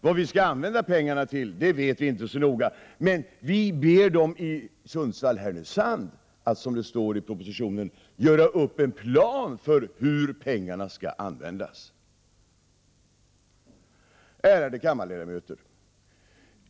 Vad pengarna skall användas till vet inte regeringen så noga. Men regeringen'skall be högskolan i Sundsvall/Härnösand att, som det står i propositionen, göra upp en plan för hur pengarna skall användas. Ärade kammarledamöter!